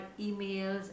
emails